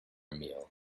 meal